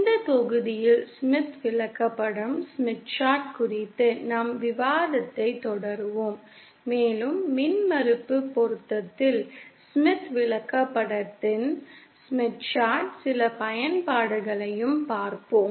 இந்த தொகுதியில் ஸ்மித் விளக்கப்படம் குறித்த நம் விவாதத்தைத் தொடர்வோம் மேலும் மின்மறுப்பு பொருத்தத்தில் ஸ்மித் விளக்கப்படத்தின் சில பயன்பாடுகளையும் பார்ப்போம்